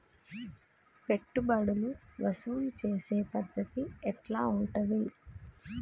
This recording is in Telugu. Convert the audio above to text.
పెట్టుబడులు వసూలు చేసే పద్ధతి ఎట్లా ఉంటది?